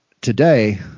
today